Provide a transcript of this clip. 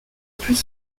plus